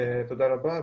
תודה רבה.